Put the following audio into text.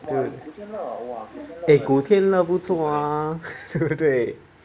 对 eh 古天乐不错啊 对不对